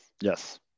Yes